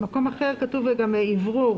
במקום אחר כתוב גם אוורור.